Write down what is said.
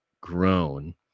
grown